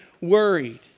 worried